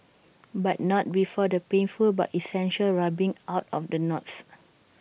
but not before the painful but essential rubbing out of the knots